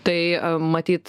tai matyt